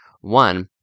One